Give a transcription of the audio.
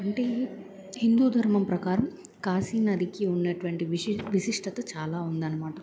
అంటే హిందూ ధర్మం ప్రకారం కాశీ నదికి ఉన్నటువంటి విష విశిష్టత చాలా ఉంది అనమాట